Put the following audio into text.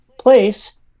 place